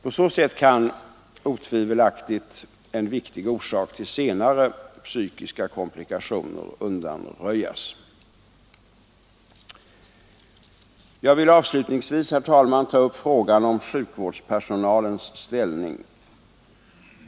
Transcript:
På så sätt kan otvivelaktigt en viktig orsak till senare psykiska komplikationer undanröjas. Jag vill, herr talman, avslutningsvis ta upp frågan om sjukvårdspersonalens ställning.